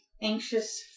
anxious